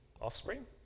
offspring